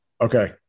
okay